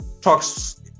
talks